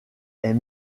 est